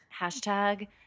Hashtag